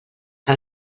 que